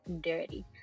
dirty